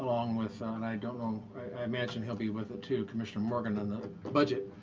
along with ah and i don't know, i imagine he'll be with it, too, commissioner morgan on the budget.